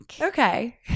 Okay